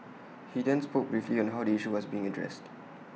he then spoke briefly on how the issue was being addressed